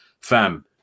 fam